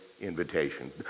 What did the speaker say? invitation